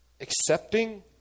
accepting